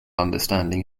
understanding